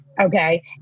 Okay